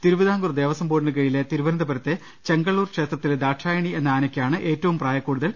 തിരുവിതാംകൂർ ദേവസ്വം ബോർഡിന് കീഴിലെ തിരുവനന്തപുരത്തെ ചെങ്കള്ളൂർ ക്ഷേത്രത്തിലെ ദാക്ഷായണി എന്ന ആനക്കാണ് ഏറ്റവും പ്രായം കൂടുതൽ